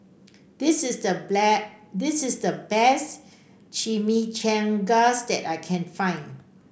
this is the this is the best Chimichangas that I can find